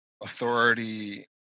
authority